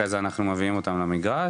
אחרי זה אנחנו מביאים אותם למגרש,